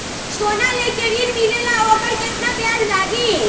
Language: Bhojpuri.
सोना लेके ऋण मिलेला वोकर केतना ब्याज लागी?